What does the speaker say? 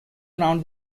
around